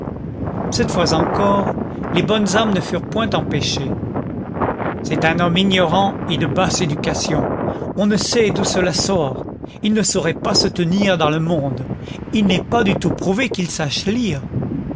cette fois encore les bonnes âmes ne furent point empêchées c'est un homme ignorant et de basse éducation on ne sait d'où cela sort il ne saurait pas se tenir dans le monde il n'est pas du tout prouvé qu'il sache lire